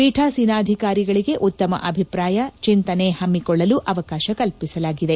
ಪೀಠಾಸೀನಾಧಿಕಾರಿಗಳಿಗೆ ಉತ್ತಮ ಅಭಿಪ್ರಾಯ ಚಿಂತನೆ ಹಮ್ಮಿಕೊಳ್ಳಲು ಅವಕಾಶ ಕಲ್ಪಿಸಲಾಗಿದೆ